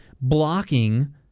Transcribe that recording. blocking